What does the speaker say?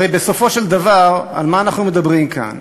הרי בסופו של דבר, על מה אנחנו מדברים כאן?